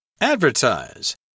Advertise